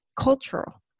cultural